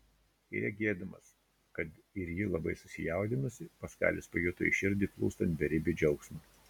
ir regėdamas kad ir ji labai susijaudinusi paskalis pajuto į širdį plūstant beribį džiaugsmą